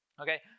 Okay